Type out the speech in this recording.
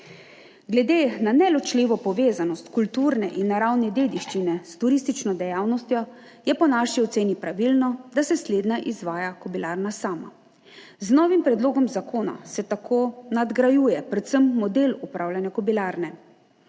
Glede na neločljivo povezanost kulturne in naravne dediščine s turistično dejavnostjo je po naši oceni pravilno, da slednje izvaja Kobilarna sama. Z novim predlogom zakona se tako nadgrajuje predvsem model upravljanja Kobilarne.